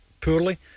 poorly